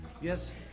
Yes